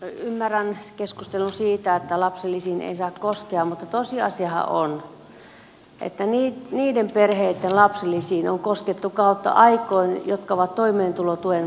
ymmärrän keskustelun siitä että lapsilisiin ei saa koskea mutta tosiasiahan on että niiden perheitten lapsilisiin on koskettu kautta aikojen jotka ovat toimeentulotuen varassa